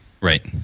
Right